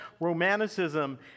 romanticism